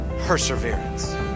perseverance